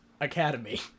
Academy